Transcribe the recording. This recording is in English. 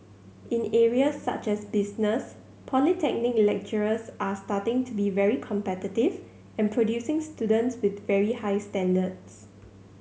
in areas such as business polytechnic lecturers are starting to be very competitive and producing students with very high standards